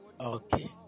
Okay